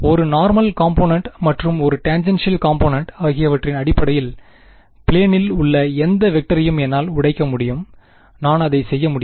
ஒரு normal component மற்றும் ஒரு டேன்ஜெண்ட்ஷியல் காம்பொனன்ட் ஆகியவற்றின் அடிப்படையில் பிலேனில் உள்ள எந்த வெக்டரையும் என்னால் உடைக்க முடியும் நான் அதை செய்ய முடியும்